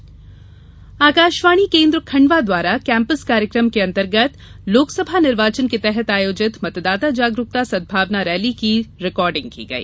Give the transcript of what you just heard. collector appeal Akashvani केन्द्र खण्डवा द्वारा campus कार्यक्रम के अंतर्गत लोकसभा निर्वाचन के तहत आयोजित मतदाता जागरूकता सदभावना रैली की रिकार्डिंग की गई